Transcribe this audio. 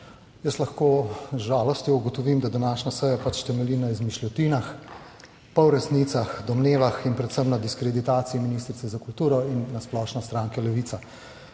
Jaz lahko z žalostjo ugotovim, da današnja seja pač temelji na izmišljotinah, polresnicah, domnevah in predvsem na diskreditaciji ministrice za kulturo in na splošno stranke Levica.